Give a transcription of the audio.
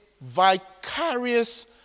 vicarious